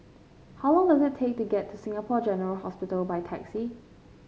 how long does it take to get to Singapore General Hospital by taxi